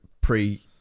pre-